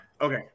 okay